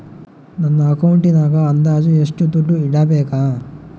ನನ್ನ ಅಕೌಂಟಿನಾಗ ಅಂದಾಜು ಎಷ್ಟು ದುಡ್ಡು ಇಡಬೇಕಾ?